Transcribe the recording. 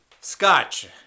Scotch